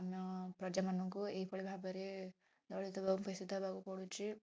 ଆମ ପ୍ରଜା ମାନଙ୍କୁ ଏହିଭଳି ଭାବରେ ଦଳିତ ହେବାକୁ ପେଷିତ ହେବାକୁ ପଡ଼ୁଛି